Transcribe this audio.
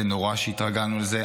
זה נורא שהתרגלנו לזה.